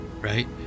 right